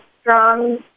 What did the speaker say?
strong